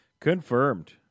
Confirmed